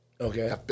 Okay